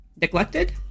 Neglected